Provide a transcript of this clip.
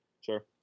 Sure